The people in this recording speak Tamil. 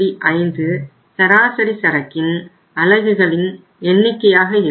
5 சராசரி சரக்கின் அலகுகளின் எண்ணிக்கையாக இருக்கும்